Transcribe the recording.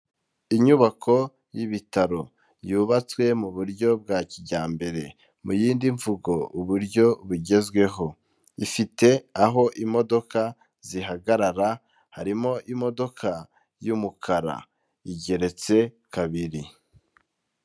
Inyubako y'ibitaro yubatswe mu buryo bwa kijyambere mu yindi mvugo uburyo bugezweho, ifite aho imodoka zihagarara harimo imodoka y'umukara, igeretse kabiri.